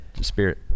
spirit